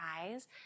eyes